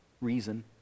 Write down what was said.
reason